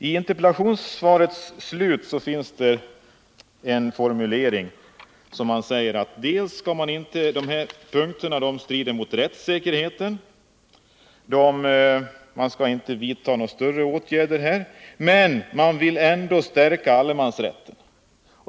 I slutet av interpellationssvaret sägs det att de här punkterna strider mot rättssäkerheten. Man skall inte vidtaga några långtgående åtgärder här, men man vill ändå stärka allemansrätten.